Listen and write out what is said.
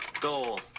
goal